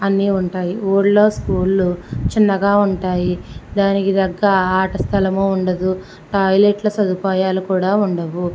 అన్నీ ఉంటాయి ఊళ్ళో స్కూళ్ళు చిన్నగా ఉంటాయి దానికి తగ్గ ఆట స్థలం ఉండదు టాయిలెట్ సదుపాయాలు కూడా ఉండవు